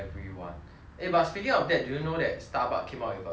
eh but speaking of that did you know Starbucks came up with a bandung